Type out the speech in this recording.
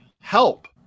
help